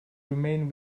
remain